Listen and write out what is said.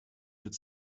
wird